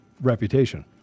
reputation